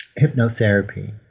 hypnotherapy